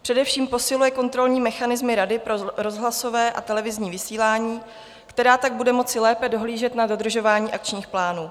Především posiluje kontrolní mechanismy Rady pro rozhlasové a televizní vysílání, která tak bude moci lépe dohlížet na dodržování akčních plánů.